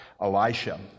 Elisha